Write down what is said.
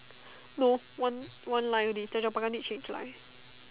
no one one line only tanjong-pagar need change line